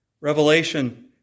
Revelation